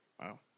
Wow